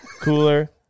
Cooler